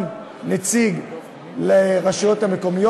גם נציג לרשויות המקומיות,